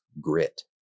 grit